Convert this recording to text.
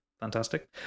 Fantastic